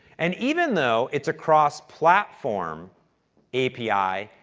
and even though it's a cross platform api,